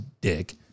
dick